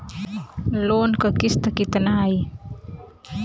Loan क किस्त कितना आई?